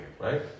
Right